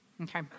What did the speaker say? Okay